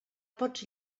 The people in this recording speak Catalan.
pots